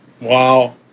Wow